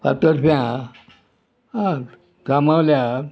फातरप्या हा हात कामावले हात